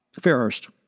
Fairhurst